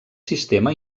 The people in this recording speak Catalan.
sistema